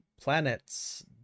planets